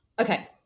Okay